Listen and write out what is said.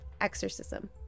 Exorcism